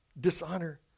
Dishonor